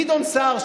גדעון סער,